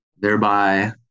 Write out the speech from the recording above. thereby